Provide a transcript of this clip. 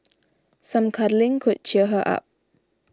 some cuddling could cheer her up